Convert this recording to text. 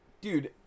Dude